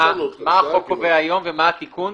מה החוק קובע היום ומה התיקון,